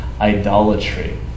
idolatry